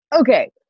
okay